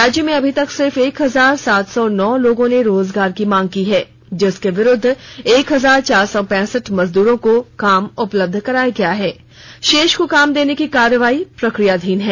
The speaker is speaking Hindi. राज्य में अभी तक सिर्फ एक हजार सात सौ नौ लोगों ने रोजगार की मांग की है जिसके विरूद्व एक हजार चार सौ पैंसठ मजदूरो को काम उपलब्ध कराया गया है शेष को काम देने की कार्रवाई प्रक्रियाधीन है